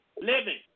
living